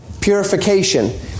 purification